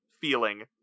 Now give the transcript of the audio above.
feeling